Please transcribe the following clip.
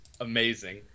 amazing